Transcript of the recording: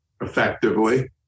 effectively